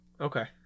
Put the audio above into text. Okay